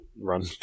run